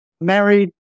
married